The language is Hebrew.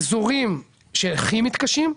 האזורים שהכי מתקשים,